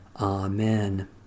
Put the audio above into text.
Amen